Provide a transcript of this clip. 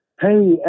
hey